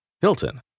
Hilton